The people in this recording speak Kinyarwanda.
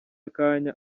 akanya